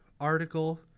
article